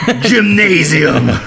Gymnasium